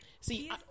see